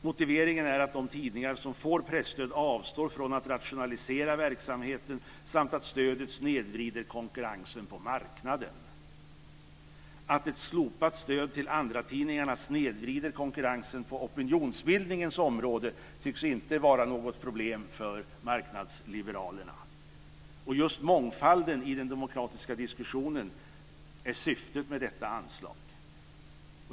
Motiveringen är att de tidningar som får presstöd avstår från att rationalisera verksamheten samt att stödet snedvrider konkurrensen på marknaden. Att ett slopande av stödet till andratidningarna snedvrider konkurrensen på opinionsbildningens område tycks inte vara något problem för marknadsliberalerna. Just mångfalden i den demokratiska diskussionen är syftet med detta anslag.